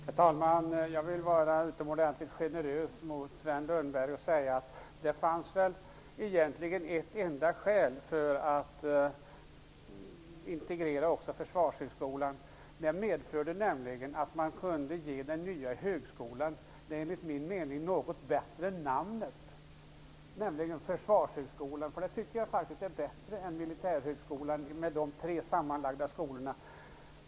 Herr talman! Jag vill vara utomordentligt generös mot Sven Lundberg och säga att det väl egentligen fanns ett skäl för att integrera också Försvarshögskolan. Det skulle nämligen medföra att man kunde ge den nya högskolan det enligt min mening något bättre namnet Försvarshögskolan. Det är faktiskt bättre än Militärhögskolan -- med tanke på de tre sammanslagna skolorna.